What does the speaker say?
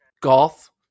golf